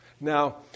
Now